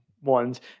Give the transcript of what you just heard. ones